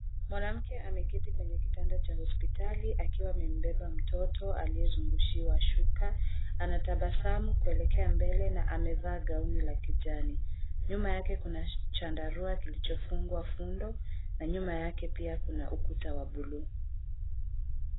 Mwanamke ameketi kwenye kitanda cha hospitali akiwa amembeba mtoto aliyezungushiwa shuka, anatabasamu kuelekea mbele na amevaa gauni la kijani. Nyuma yake kuna chandarua kilichofungwa fundo na nyuma yake pia kuna ukuta wa buluu.